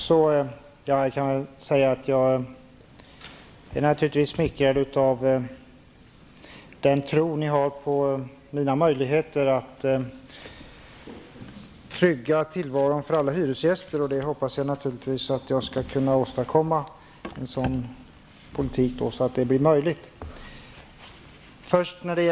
Herr talman! Jag är naturligtvis smickrad över den tro som ni har på mina möjligheter att trygga tillvaron för alla hyresgäster. Och jag hoppas naturligtvis att jag skall kunna åstadkomma en sådan politik, så att det blir möjligt.